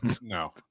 no